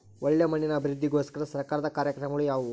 ಒಳ್ಳೆ ಮಣ್ಣಿನ ಅಭಿವೃದ್ಧಿಗೋಸ್ಕರ ಸರ್ಕಾರದ ಕಾರ್ಯಕ್ರಮಗಳು ಯಾವುವು?